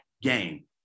game